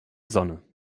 sonne